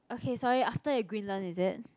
okay sorry after Greenland is it